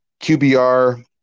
QBR